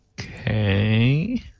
Okay